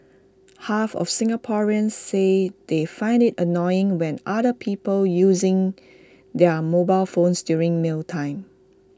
half of Singaporeans say they find IT annoying when other people using their mobile phones during mealtimes